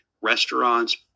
restaurants